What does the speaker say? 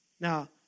Now